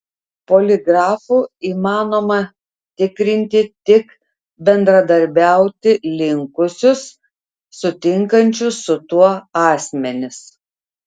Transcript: poligrafu įmanoma tikrinti tik bendradarbiauti linkusius sutinkančius su tuo asmenis